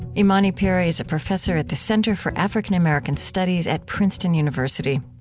imani perry is a professor at the center for african-american studies at princeton university.